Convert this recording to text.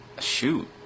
Shoot